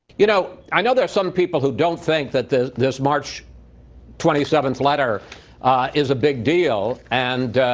you know, i know there's some people who don't think that the, there's march twenty seventh letter a is a big deal. and,